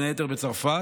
בין היתר בצרפת,